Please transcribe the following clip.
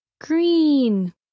Green